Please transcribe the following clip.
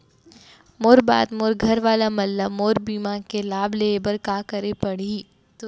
मोर बाद मोर घर वाला मन ला मोर बीमा के लाभ लेहे बर का करे पड़ही?